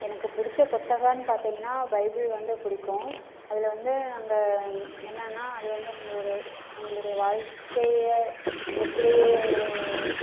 எனக்கு பிடிச்ச புத்தகன்னு பார்த்தீங்கன்னா பைபிள் வந்து பிடிக்கும் அதில் வந்து அங்கே என்னான்னா அது வந்து நம்மளுடைய எங்களுடைய வாழ்க்கையை எப்படி